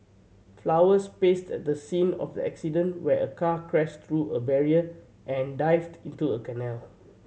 flowers placed at the scene of the accident where a car crashed through a barrier and dived into a canal